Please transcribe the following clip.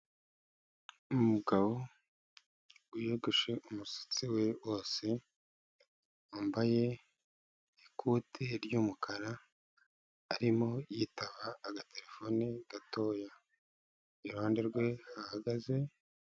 Umugabo wiyogoshe umusatsi we wose, wambaye ikote ry'umukara, arimo yitaba agaterefone gatoya, iruhande rwe hahagaze.